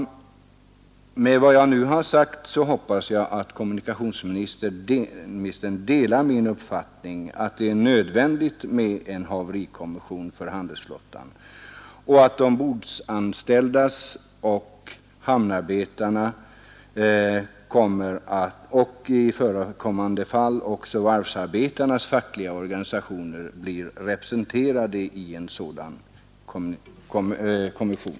Efter vad jag nu har sagt hoppas jag att kommunikationsministern delar min mening att det är nödvändigt med en haverikommission för handelsflottan och att de ombordanställdas, hamnarbetarnas och i förekommande fall också varvsarbetarnas fackliga organisationer bör bli representerade i en sådan kommission.